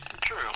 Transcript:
True